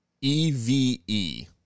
E-V-E